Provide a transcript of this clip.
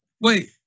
Wait